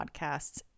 Podcasts